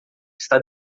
está